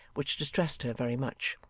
which distressed her very much.